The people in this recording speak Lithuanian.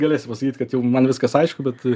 galėsi pasakyti kad jau man viskas aišku bet